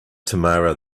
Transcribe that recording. tamara